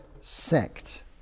sect